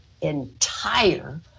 entire